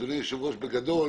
אדוני היושב ראש, בגדול,